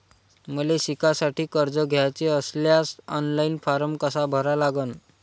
मले शिकासाठी कर्ज घ्याचे असल्यास ऑनलाईन फारम कसा भरा लागन?